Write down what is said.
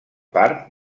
part